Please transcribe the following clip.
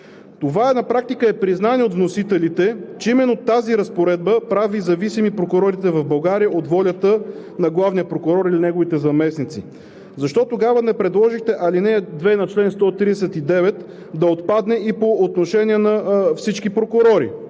Това на практика е признание от вносителите, че именно тази разпоредба прави зависими прокурорите в България от волята на главния прокурор или неговите заместници. Защо тогава не предложихте ал. 2 на чл. 139 да отпадне и по отношение на всички прокурори,